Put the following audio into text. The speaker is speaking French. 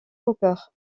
cooper